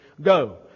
go